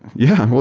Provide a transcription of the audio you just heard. yeah. well,